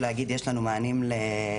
להגיד שיש לנו מענים לנשים,